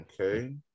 Okay